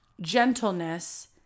gentleness